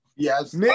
Yes